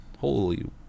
Holy